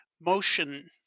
motion